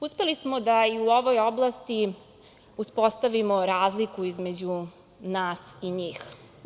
Uspeli smo da i u ovoj oblasti uspostavimo razliku između nas i njih.